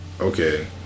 okay